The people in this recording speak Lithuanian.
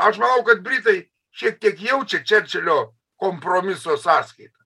aš manau kad britai šiek tiek jaučia čerčilio kompromiso sąskaitą